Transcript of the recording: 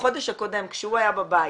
בחודש הקודם כשהוא היה בבית,